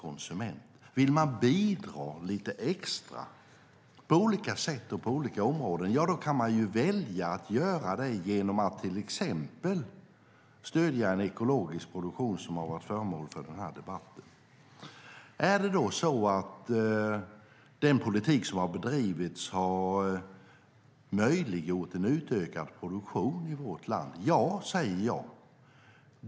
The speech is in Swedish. Om man vill bidra lite extra på olika sätt och på olika områden kan man välja att göra det genom att till exempel stödja ekologisk produktion - den fråga som har varit föremål för debatten. Har den politik som bedrivits möjliggjort en utökad produktion i vårt land? Ja, säger jag.